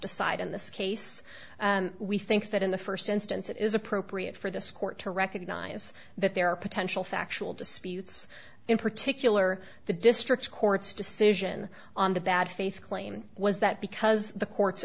decide in this case and we think that in the first instance it is appropriate for this court to recognize that there are potential factual disputes in particular the district court's decision on the bad faith claim was that because the court